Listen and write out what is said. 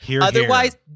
Otherwise